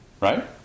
right